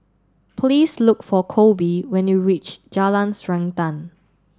please look for Colby when you reach Jalan Srantan